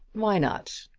why not?